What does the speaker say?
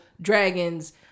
dragons